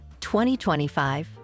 2025